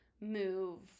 move